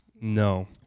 No